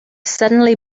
suddenly